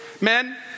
Men